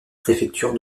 préfecture